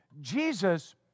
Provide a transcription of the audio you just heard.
Jesus